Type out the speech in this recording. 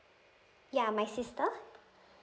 ya my sister